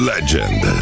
Legend